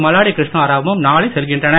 மல்லாடி கிருஷ்ணாராவும் நாளை செல்கின்றனர்